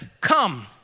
come